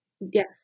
yes